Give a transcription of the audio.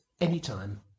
anytime